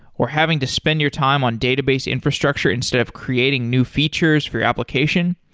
or having to spend your time on database infrastructure instead of creating new features for your application?